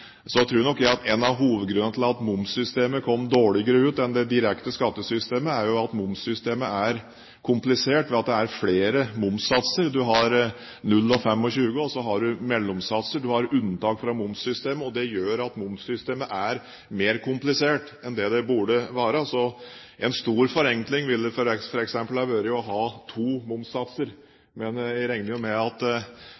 tror nok jeg at en av hovedgrunnene til at momssystemet kom dårligere ut enn det direkte skattesystemet, er at momssystemet er komplisert ved at det er flere momssatser. Man har 0 pst. og 25 pst., og så har man mellomsatser. Man har unntak fra momssystemet, og det gjør at momssystemet er mer komplisert enn det burde være, så en stor forenkling ville f.eks. ha vært å ha to momssatser.